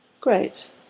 Great